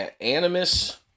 animus